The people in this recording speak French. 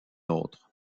autre